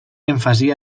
èmfasi